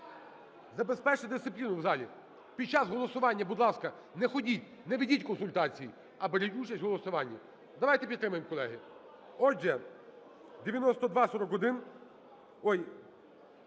забезпечте дисципліну в залі. Під час голосування, будь ласка, не ходіть, не ведіть консультацій, а беріть участь в голосуванні. Давайте підтримаємо, колеги. Отже, 9241 щодо